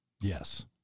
Yes